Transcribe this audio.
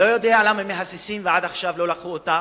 אני לא יודע למה מהססים ועד עכשיו לא קיבלו אותה,